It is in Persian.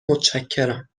متشکرم